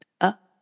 Up